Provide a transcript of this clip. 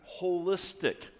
holistic